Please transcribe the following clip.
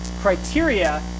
criteria